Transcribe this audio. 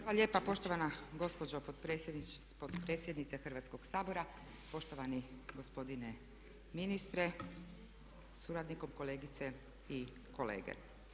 Hvala lijepa poštovana gospođo potpredsjednice Hrvatskoga sabora, poštovani gospodine ministre sa suradnikom, kolegice i kolege.